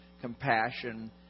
compassion